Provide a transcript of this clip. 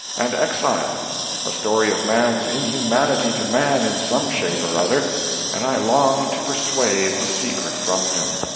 and exile a story of man's inhumanity to man in some shape or other and i longed to persuade the secret from him.